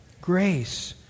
Grace